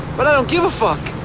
but i don't give a fuck,